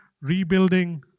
rebuilding